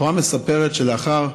התורה מספרת שלאחר